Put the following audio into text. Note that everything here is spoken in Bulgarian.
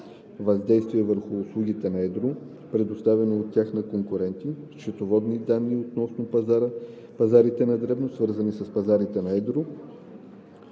въздействие върху услугите на едро, предоставяни от тях на конкуренти; счетоводни данни относно пазарите на дребно, свързани с пазарите на едро,